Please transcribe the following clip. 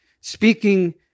speaking